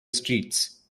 streets